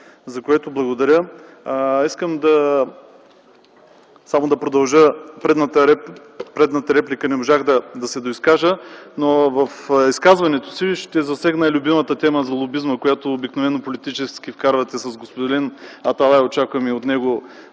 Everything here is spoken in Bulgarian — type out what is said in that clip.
за което благодаря. Искам само да продължа предната реплика, защото не можах да се доизкажа - в изказването си ще засегна и любимата тема за лобизма, която обикновено политически вкарвате с господин Аталай. Очаквам и от него